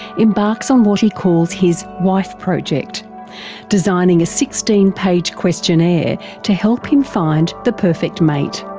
embarks on what he calls his wife project designing a sixteen page questionnaire to help him find the perfect mate.